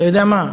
אתה יודע מה,